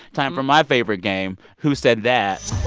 time for my favorite game who said that